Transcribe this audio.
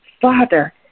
Father